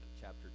chapter